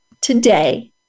today